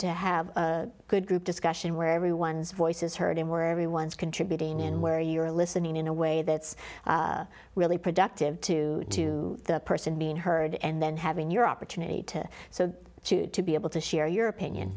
to have a good group discussion where everyone's voice is heard and where everyone's contributing and where you're listening in a way that's really productive to to the person being heard and then having your opportunity to so choose to be able to share your opinion